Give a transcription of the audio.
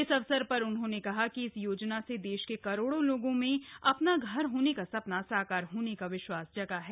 इस अवसर प्र उन्होंने कहा कि इस योजना से देश के करोड़ों लोगों में अ ना घर होने का स ना साकार होने का विश्वास जगा है